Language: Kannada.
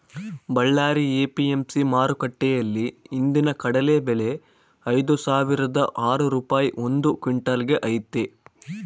ಬಳ್ಳಾರಿ ಎ.ಪಿ.ಎಂ.ಸಿ ಮಾರುಕಟ್ಟೆಯಲ್ಲಿ ಇಂದಿನ ಕಡಲೆ ಬೆಲೆ ಐದುಸಾವಿರದ ಆರು ರೂಪಾಯಿ ಒಂದು ಕ್ವಿನ್ಟಲ್ ಗೆ ಐತೆ